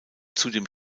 zudem